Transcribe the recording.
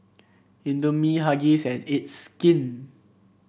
Indomie Huggies and It's Skin